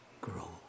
grow